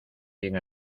cien